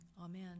Amen